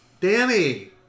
Danny